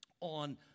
on